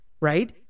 right